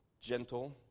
gentle